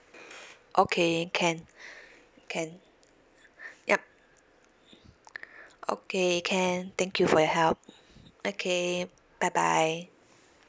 okay can can ya okay can thank you for your help okay bye bye